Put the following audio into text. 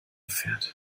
fährt